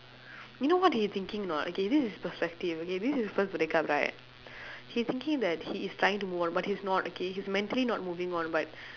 you know what they thinking or not okay this is perspective okay this is first break up right he thinking that he is trying to move on but he is not okay he is mentally not moving on but